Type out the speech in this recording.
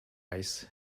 ice